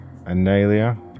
Analia